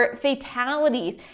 fatalities